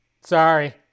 Sorry